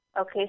Okay